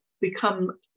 become